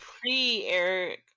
pre-Eric